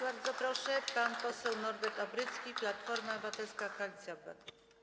Bardzo proszę, pan poseł Norbert Obrycki, Platforma Obywatelska - Koalicja Obywatelska.